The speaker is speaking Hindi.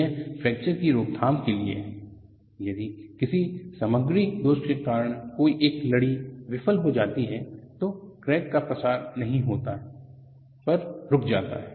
यह फ्रैक्चर की रोकथाम के लिए है यदि किसी समग्री दोष के कारण कोई एक लड़ी विफल हो जाती है तो क्रैक का प्रसार नहीं होता है पर रुक जाता है